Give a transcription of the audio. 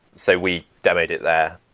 so we demoed it there.